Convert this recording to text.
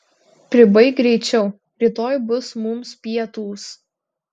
pribaik greičiau rytoj bus mums pietūs